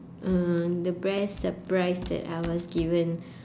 uh the best surprise that I was given